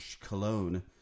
cologne